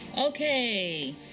Okay